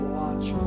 watch